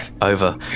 Over